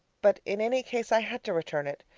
but in any case, i had to return it.